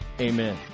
Amen